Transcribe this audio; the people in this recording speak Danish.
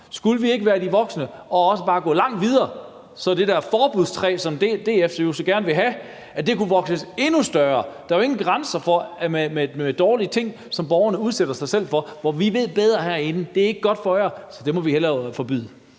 Skulle vi ikke være de voksne og bare gå langt videre, så det der forbudstræ, som DF så gerne vil have, kunne vokse sig endnu større? Der er jo ingen grænser for de dårlige ting, som borgerne udsætter sig selv for, og hvorom vi kan sige: Vi ved bedre herinde; det er ikke godt for jer, så det må vi hellere forbyde.